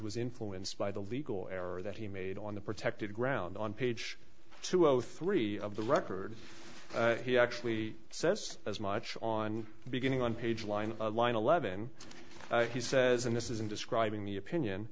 was influenced by the legal error that he made on the protected ground on page two zero three of the record he actually says as much on beginning on page line line eleven he says and this is in describing the opinion